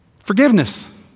Forgiveness